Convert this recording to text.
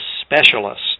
specialist